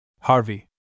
Harvey